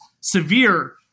severe